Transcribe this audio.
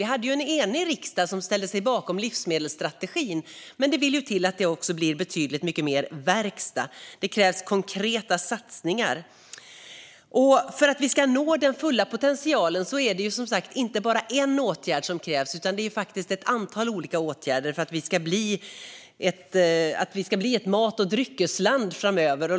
Vi hade en enig riksdag som ställde sig bakom strategin. Men det vill till att det också blir betydligt mycket mer verkstad. Det krävs konkreta satsningar. För att vi ska nå den fulla potentialen är det som sagt inte bara en åtgärd som krävs, utan det är ett antal olika åtgärder som behövs för att Sverige ska bli ett mat och dryckesland framöver.